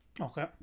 Okay